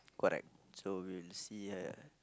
correct so we'll see her